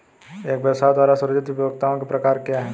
एक व्यवसाय द्वारा सृजित उपयोगिताओं के प्रकार क्या हैं?